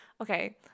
Okay